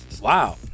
Wow